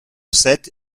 sept